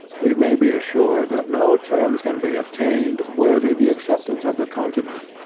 we may be assured that no terms can be obtained worthy the acceptance of the continent,